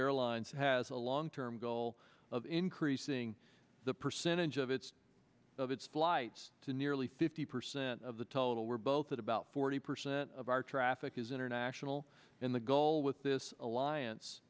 airlines has a long term goal of increasing the percentage of its of its flights to nearly fifty percent of the total we're both about forty percent of our traffic is international in the goal with this